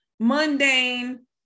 mundane